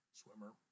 swimmer